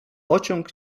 pociąg